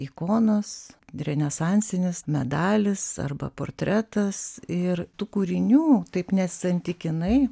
ikonos renesansinis medalis arba portretas ir tų kūrinių taip nesantykinai